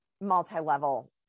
multi-level